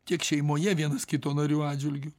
tiek šeimoje vienas kito narių atžvilgiu